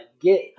get